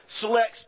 selects